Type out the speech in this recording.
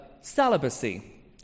celibacy